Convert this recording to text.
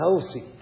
healthy